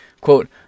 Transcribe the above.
Quote